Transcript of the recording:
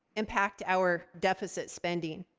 impact our deficit spending.